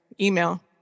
email